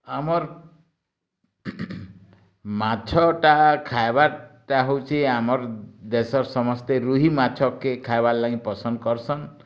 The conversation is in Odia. ଆମର୍ ମାଛଟା ଖାଇବାର୍ ଟା ହେଉଛି ଆମର୍ ଦେଶର୍ ସମସ୍ତେ ରୁହି ମାଛ କେ ଖାଇବାର୍ ଲାଗି ପସନ୍ଦ କର୍ସନ୍